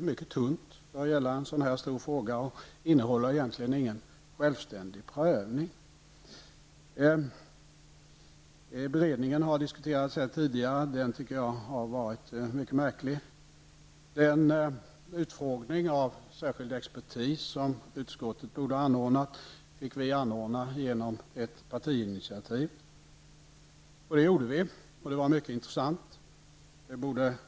mycket tunt för att gälla en så här stor fråga och innehåller egentligen ingen självständig prövning. Beredningen har diskuterats tidigare. Den har varit mycket märklig. Den utfrågning av särskild expertis som utskottet borde ha anordnat fick vi anordna genom ett partiinitiativ. Det gjorde vi. Det var mycket intressant.